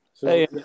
Hey